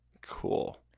Cool